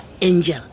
angel